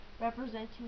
representing